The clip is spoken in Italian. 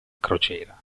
crociera